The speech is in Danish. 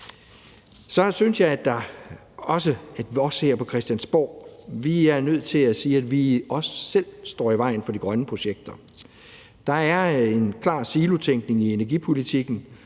Så synes jeg også, at vi her på Christiansborg er nødt til at sige, at vi også selv står i vejen for de grønne projekter. Der er klart en silotænkning i energipolitikken,